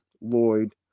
Lloyd